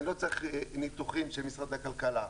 אני לא צריך ניתוחים של משרד הכלכלה.